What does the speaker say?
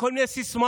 בכל מיני סיסמאות.